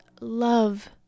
love